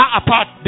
apart